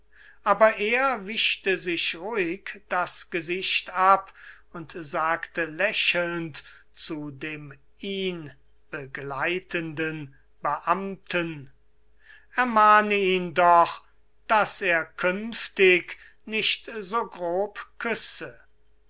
aber er wischte sich das gesicht ab und sagte lächelnd zu dem ihn begleitenden beamten ermahne ihn doch daß er künftig nicht so grob küsse